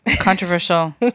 controversial